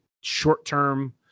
short-term